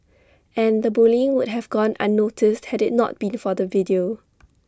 and the bullying would have gone unnoticed had IT not been for the video